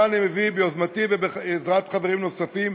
שאותה אני מביא ביוזמתי ובעזרת חברים נוספים,